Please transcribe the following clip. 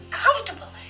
comfortable